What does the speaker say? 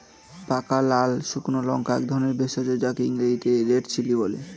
পাকা লাল বা শুকনো লঙ্কা একধরনের ভেষজ যাকে ইংরেজিতে রেড চিলি বলে